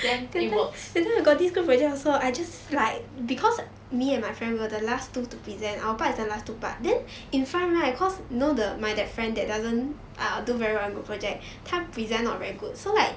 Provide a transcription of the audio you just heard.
then it works